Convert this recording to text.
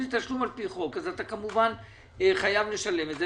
אם זה תשלום על פי חוק אז אתה כמובן חייב לשלם אותו,